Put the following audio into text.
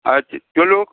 আচ্ছা চলুক